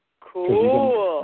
Cool